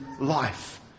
life